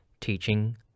teaching